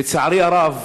לצערי הרב